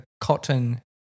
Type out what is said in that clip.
cotton